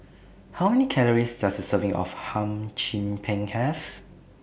How Many Calories Does A Serving of Hum Chim Peng Have